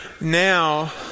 now